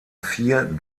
vier